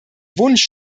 wunsch